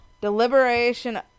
deliberation